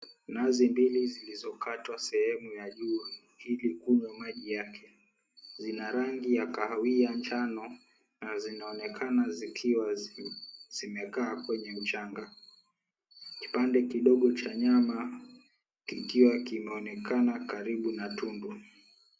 Nazi mbili zilizokatwa sehemu ya juu ili kunywa maji yake. Zina rangi ya kahawia njano na zinaonekana zikiwa zimekaa kwenye mchanga. Kipande kidogo cha nyama kikiwa kinaonekana karibu na tundu.